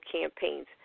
campaigns